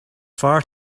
far